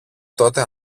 τότε